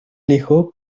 alejó